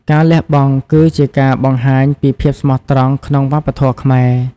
ការលះបង់គឺជាការបង្ហាញពីភាពស្មោះត្រង់ក្នុងវប្បធម៌ខ្មែរ។